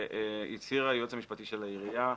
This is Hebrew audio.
שהצהיר היועץ המשפטי של העירייה,